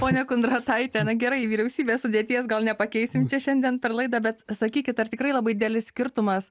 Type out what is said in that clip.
ponia kondrataite na gerai vyriausybės sudėties gal nepakeisim čia šiandien per laidą bet sakykit ar tikrai labai didelis skirtumas